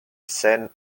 sen